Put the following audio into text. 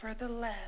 nevertheless